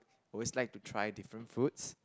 always like to try different foods